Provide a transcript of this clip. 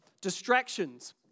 Distractions